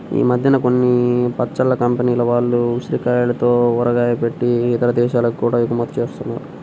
ఈ మద్దెన కొన్ని పచ్చళ్ళ కంపెనీల వాళ్ళు ఉసిరికాయలతో ఊరగాయ బెట్టి ఇతర దేశాలకి గూడా ఎగుమతి జేత్తన్నారు